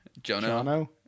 Jono